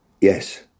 Yes